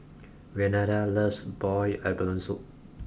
Renada loves boiled Abalone soup